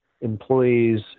employees